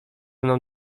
mną